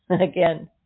Again